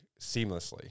seamlessly